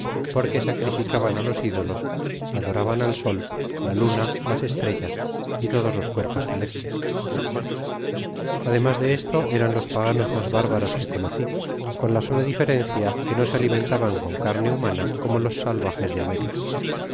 porque sacrificaban á los idolos adoraban al sol la luna las estrellas y todos los cuerpos celestes ademas de esto eran los paganos mas bárbaros que conoci con la sola diferencia que no se alimentaban con carne humana como los salvajos de américa